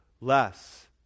less